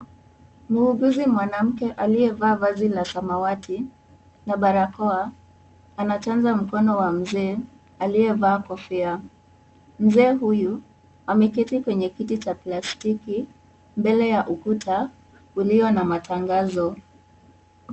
Muuguzi mwanamke aliyevaa vazi la samawati na barakoa, anachanja mkono wa mzee aliyevaa kofia. Mzee huyu ameketi kwenye kiti cha plastiki mbele ya ukuta ulio na matangazo.